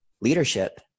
leadership